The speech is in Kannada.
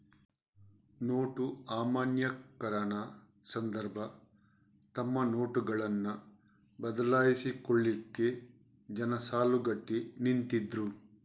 ನೋಟು ಅಮಾನ್ಯೀಕರಣ ಸಂದರ್ಭ ತಮ್ಮ ನೋಟುಗಳನ್ನ ಬದಲಾಯಿಸಿಕೊಳ್ಲಿಕ್ಕೆ ಜನ ಸಾಲುಗಟ್ಟಿ ನಿಂತಿದ್ರು